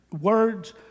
words